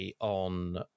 on